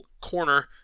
corner